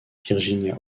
virginia